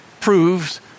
proves